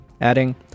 adding